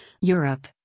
Europe